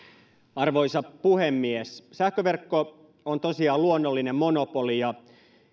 arvoisa puhemies sähköverkko on tosiaan luonnollinen monopoli ja